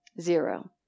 zero